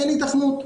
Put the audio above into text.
אין היתכנות.